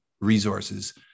resources